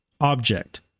object